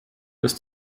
ist